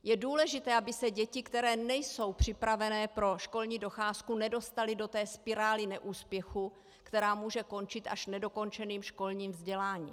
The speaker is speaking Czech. Je důležité, aby se děti, které nejsou připraveny pro školní docházku, nedostaly do spirály neúspěchů, která může končit až nedokončeným školním vzděláním.